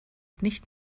nicht